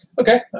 Okay